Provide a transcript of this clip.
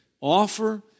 Offer